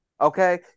okay